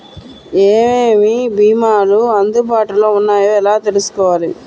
ఏమేమి భీమాలు అందుబాటులో వున్నాయో ఎలా తెలుసుకోవాలి?